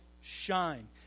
shine